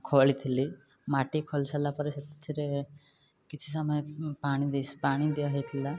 ଖୋଳିଥିଲି ମାଟି ଖୋଳି ସାରିଲା ପରେ ସେଥିରେ କିଛି ସମୟ ପାଣି ଦିଆ ହୋଇଥିଲା